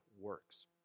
works